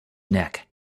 neck